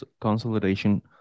consolidation